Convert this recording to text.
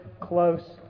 close